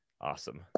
awesome